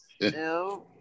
No